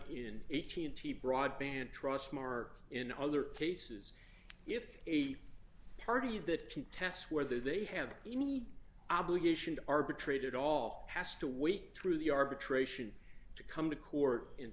in eighteen t broadband trustmark in other cases if a party that tests whether they have any obligation to arbitrate it all has to wait through the arbitration to come to court and